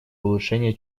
улучшения